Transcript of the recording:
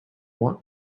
want